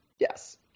Yes